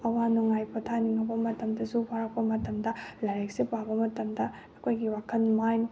ꯑꯋꯥ ꯅꯨꯉꯥꯏ ꯄꯣꯊꯥꯅꯤꯡꯉꯕ ꯃꯇꯝꯗꯁꯨ ꯋꯥꯔꯛꯄ ꯃꯇꯝꯗ ꯂꯥꯏꯔꯤꯛꯁꯦ ꯄꯥꯕ ꯃꯇꯝꯗ ꯑꯩꯈꯣꯏꯒꯤ ꯋꯥꯈꯜ ꯃꯥꯏꯟ